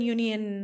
Union